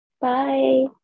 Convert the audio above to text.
Bye